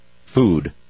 food